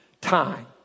Time